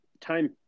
time